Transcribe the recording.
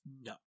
No